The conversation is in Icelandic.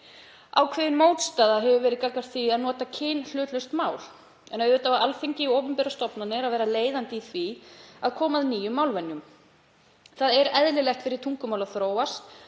Ákveðin mótstaða hefur verið gagnvart því að nota kynhlutlaust mál en auðvitað á Alþingi og opinberar stofnanir að vera leiðandi í því að koma á nýjum málvenjum. Það er eðlilegt fyrir tungumál að þróast